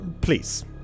please